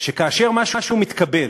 שכאשר משהו מתקבל,